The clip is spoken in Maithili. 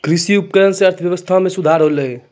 कृषि उपकरण सें अर्थव्यवस्था में सुधार होलय